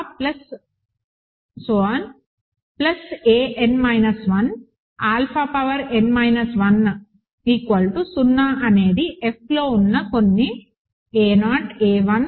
a n 1 alpha power n minus 1 0 అనేది Fలో ఉన్న కొన్ని a0 a1